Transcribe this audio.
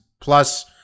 plus